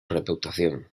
reputación